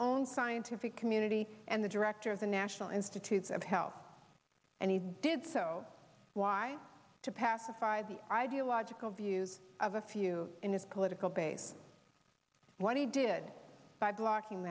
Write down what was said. own scientific community and the director of the national institutes of health and he did so why to pacify the ideological views of a few in his political base what he did by blocking